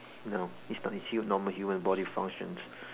no it's not it's you normal human body functions